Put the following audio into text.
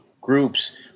groups